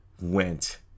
went